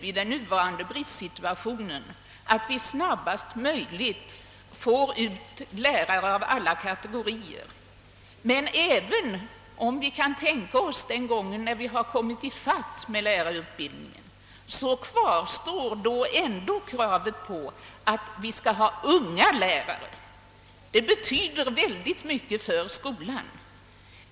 I den nuvarande bristsituationen är det viktigt att vi snarast möjligt får ut lärare av alla kategorier. även om vi kan tänka oss en tid då utbildningen av lärare har kommit i fatt behovet, kvarstår kravet på unga lärare. De betyder mycket för skolan.